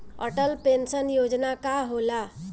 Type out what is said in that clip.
Atal pension योजना का होला?